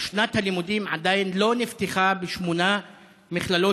ושנת הלימודים עדיין לא נפתחה בשמונה מכללות